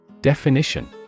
Definition